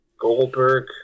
Goldberg